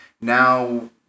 now